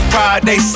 Friday